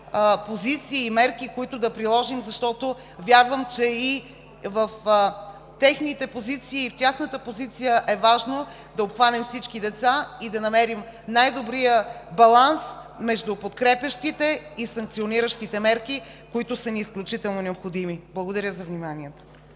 позиции и мерки, които да приложим, защото вярвам, че и в тяхната позиция е важно да обхванем всички деца и да намерим най-добрия баланс между подкрепящите и санкциониращите мерки, които са ни изключително необходими. Благодаря за вниманието.